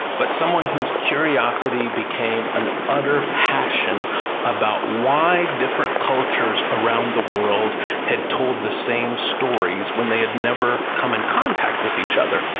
but whose curiosity became an utter passion about why different cultures around the world had told the same stories, when they had never come in contact with each other.